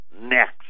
next